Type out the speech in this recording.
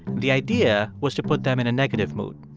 the idea was to put them in a negative mood.